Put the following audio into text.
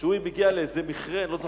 שהוא מגיע לאיזה מכרה, לא זוכר,